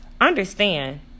Understand